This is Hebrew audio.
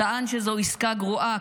טען שזו עסקה גרועה,